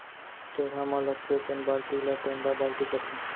टेड़ा म लगथे तेन बाल्टी ल टेंड़ा बाल्टी कथें